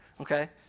okay